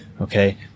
Okay